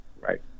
Right